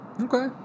Okay